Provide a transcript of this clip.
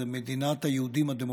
היא מדינת היהודים הדמוקרטית.